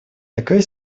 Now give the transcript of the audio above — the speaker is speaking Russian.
такая